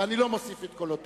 ואני לא מוסיף את קולותיהם,